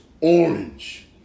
orange